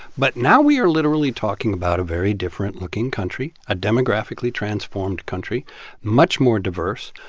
but now we are literally talking about a very different-looking country, a demographically transformed country much more diverse,